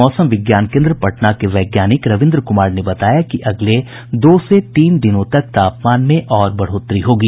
मौसम विज्ञान केन्द्र पटना के वैज्ञानिक रविन्द्र कुमार ने बताया कि अगले दो से तीन दिनों तक तापमान में और बढ़ोतरी होगी